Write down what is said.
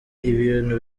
ibintu